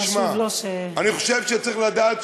אני חושב שצריך לדעת.